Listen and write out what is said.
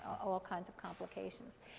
all kinds of complications.